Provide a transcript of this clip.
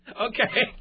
Okay